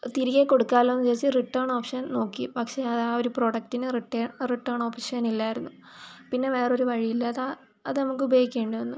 തിരികെ കൊടുത്താലോ എന്ന് വിചാരിച്ച് റിട്ടേൺ ഓപ്ഷൻ നോക്കി പക്ഷെ അതാ ആ ഒരു പ്രൊഡക്റ്റിന് റിട്ടേൺ റിട്ടേൺ ഓപ്ഷൻ ഇല്ലായിരുന്നു പിന്നെ വേറൊ ഒരു വഴിയില്ലാതെ അത് നമുക്ക് ഉപയോഗിക്കേണ്ടി വന്നു